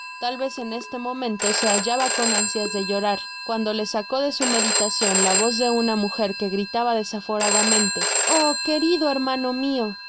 tal vez en este momento se hallaba con ansias de llorar cuando le sacó de su meditacion la voz de una muger que gritaba desaforadamente oh querido hermano mio y